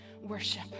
worship